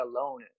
alone